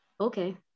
Okay